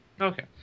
Okay